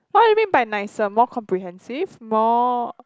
what you mean by nicer more comprehensive more